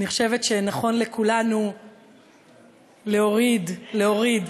אני חושבת שנכון לכולנו להוריד, להוריד.